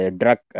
drug